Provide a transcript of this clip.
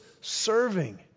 serving